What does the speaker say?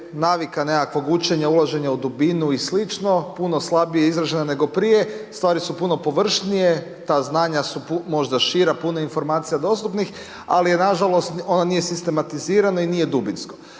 navika nekakvog učenja, ulaženje u dubinu i slično, puno slabije izražena nego prije, stvari su puno površnije, ta znanja su možda šira, puno je informacija dostupnih, ali nažalost ono nije sistematizirano i nije dubinsko.